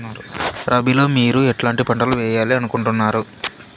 రబిలో మీరు ఎట్లాంటి పంటలు వేయాలి అనుకుంటున్నారు?